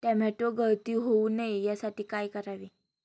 Tomato गळती होऊ नये यासाठी काय करावे?